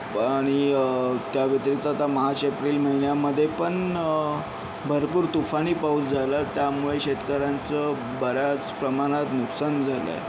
प् आणि त्याव्यतिरिक्त आता मार्च एप्रिल महिन्यामध्ये पण भरपूर तुफानी पाऊस झाला त्यामुळे शेतकऱ्यांचं बऱ्याच प्रमाणात नुकसान झालं आहे